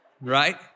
right